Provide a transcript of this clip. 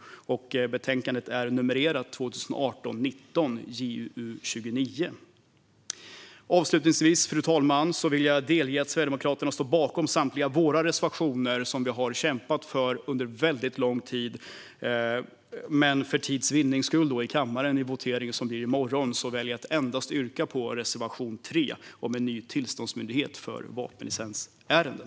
Betänkandet har nr 2018/19:JuU29. Fru talman! Jag vill delge att vi i Sverigedemokraterna står bakom samtliga våra reservationer, som vi har kämpat för under väldigt lång tid. Men för tids vinnande i morgondagens votering i kammaren väljer vi att yrka bifall endast till reservation 3 om en ny tillståndsmyndighet för vapenlicensärenden.